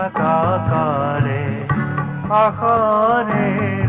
da da da da